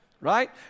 right